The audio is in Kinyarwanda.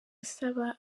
asaba